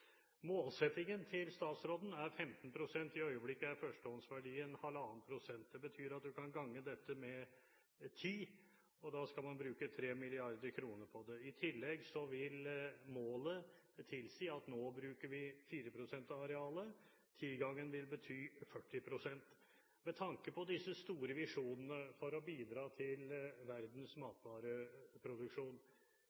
Målsettingen til statsråden er 15 pst. I øyeblikket er førstehåndsverdien 1,5 pst. Det betyr at man kan gange dette med ti, og da skal man bruke 3 mrd. kr på det. I tillegg vil målet tilsi at nå bruker vi 4 pst. av arealet – ti-gangen vil bety 40 pst. Med tanke på disse store visjonene for å bidra til verdens